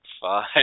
five